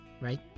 Right